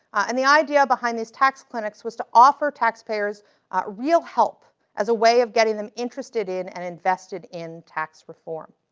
and the idea behind these tax clinics was to offer taxpayers real help as a way of getting them interested in and invested in tax reform.